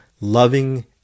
loving